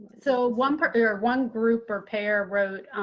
so one pair or one group or pair wrote,